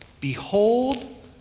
Behold